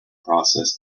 process